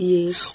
Yes